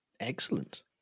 Excellent